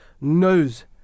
knows